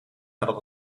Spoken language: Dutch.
nadat